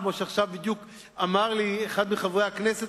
כמו שאמר לי עכשיו אחד מחברי הכנסת